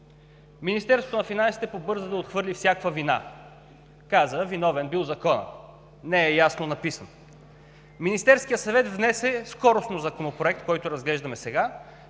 Министерството на финансите побърза да отхвърли всякаква вина. Каза: виновен бил законът, не е ясно написан. Министерският съвет внесе скоростно Законопроект, който разглеждаме сега,